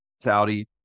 Saudi